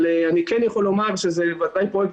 אבל אני כן יכול לומר שזה בוודאי פרויקט